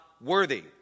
worthy